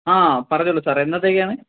ആ പറഞ്ഞോളൂ സാറേ എന്നത്തേക്കാണ്